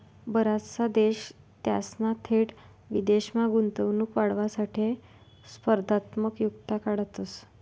बराचसा देश त्यासना थेट विदेशमा गुंतवणूक वाढावासाठे स्पर्धात्मक युक्त्या काढतंस